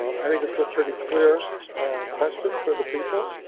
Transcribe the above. i think it's a pretty clear question for the people.